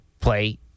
play